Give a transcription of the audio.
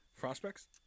prospects